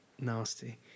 nasty